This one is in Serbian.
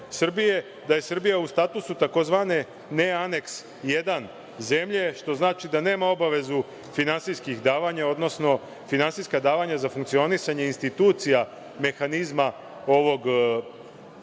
da je Srbija u statusu tzv. Ne Aneks I zemlje, što znači da nema obavezu finansijskih davanja, odnosno finansijsko davanje za funkcionisanje institucija mehanizma ovog Sporazuma